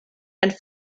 and